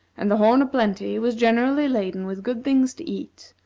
and the horn o' plenty was generally laden with good things to eat,